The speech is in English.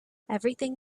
everything